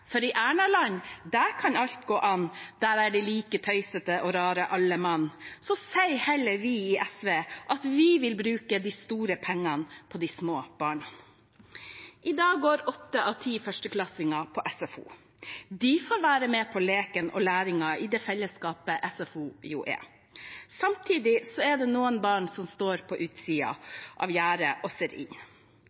For i Erna-land «der kan alt gå an, der er de like tøysete og rare alle mann» – sier heller vi i SV at vi vil bruke de store pengene på de små barna. I dag går åtte av ti førsteklassinger på SFO. De får være med på leken og læringen i det fellesskapet SFO jo er. Samtidig er det noen barn som står på utsiden av gjerdet og ser inn.